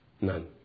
None